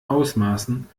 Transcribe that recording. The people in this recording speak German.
ausmaßen